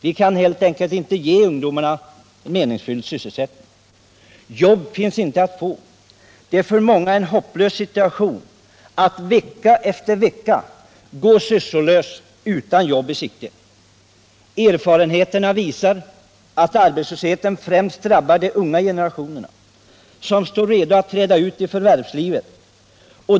Vi kan helt enkelt inte ge ungdomarna meningsfylld sysselsättning. Jobb finns inte att få. Det är för många en hopplös situation att vecka efter vecka gå sysslolös utan jobb i sikte. Erfarenheterna visar att arbetslösheten främst drabbar de unga generationerna som står redo att träda ut i förvärvslivet.